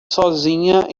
sozinha